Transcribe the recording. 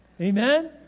Amen